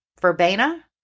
verbena